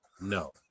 No